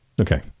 Okay